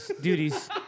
duties